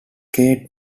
kate